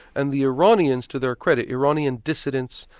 and the iranians to their credit, iranian dissidents,